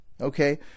Okay